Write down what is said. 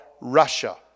Russia